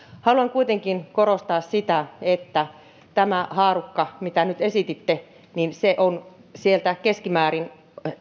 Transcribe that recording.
haluan kuitenkin korostaa sitä että tämä haarukka mitä nyt esititte on sieltä keskimäärin